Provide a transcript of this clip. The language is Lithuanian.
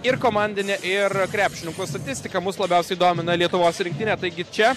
ir komandinę ir krepšininkų statistiką mus labiausiai domina lietuvos rinktinė taigi čia